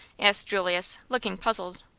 asked julius, looking puzzled.